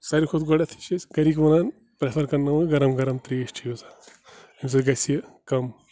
ساروی کھۄتہٕ گۄڈٕٮ۪تھٕے چھِ اَسہِ گَرِکۍ وَنان پرٛٮ۪فر کرناوان گرم گرم ترٛیش چیٚیِو سا اَمہِ سۭتۍ گژھِ یہِ کَم